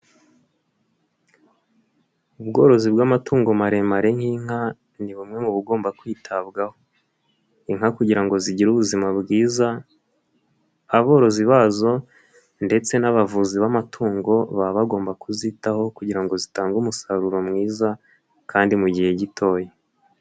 Ubworozi bw'amatungo maremare nk'inka ni bumwe mu bugomba kwitabwaho, inka kugira ngo zigire ubuzima bwiza aborozi bazo ndetse n'abavuzi b'amatungo baba bagomba kuzitaho kugira ngo zitange umusaruro mwiza kandi mu gihe gitoya.